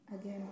Again